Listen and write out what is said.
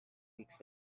weeks